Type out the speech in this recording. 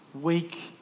weak